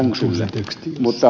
mutta ed